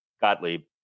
Gottlieb